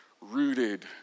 rooted